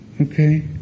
okay